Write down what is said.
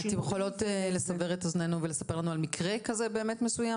אתן יכולות לסבר את אוזנינו ולספר לנו על מקרה כזה מסוים?